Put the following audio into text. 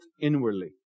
inwardly